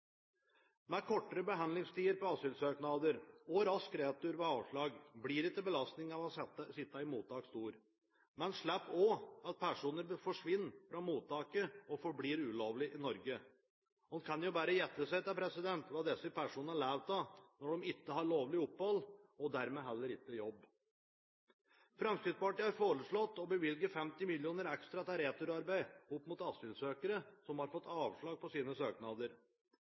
Med kortere behandlingstider på asylsøknader og rask retur ved avslag blir ikke belastningen ved å sitte i mottak stor. Man slipper også at personer forsvinner fra mottaket og forblir ulovlig i Norge. Man kan jo bare gjette seg til hva disse personene lever av når de ikke har lovlig opphold og dermed heller ikke jobb. Fremskrittspartiet har foreslått å bevilge 50 mill. kr ekstra til returarbeid opp mot asylsøkere som har fått avslag på sine søknader.